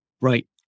right